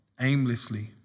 aimlessly